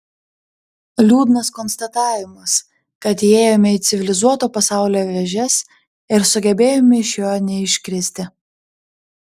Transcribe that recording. liūdnas konstatavimas kad įėjome į civilizuoto pasaulio vėžes ir sugebėjome iš jo neiškristi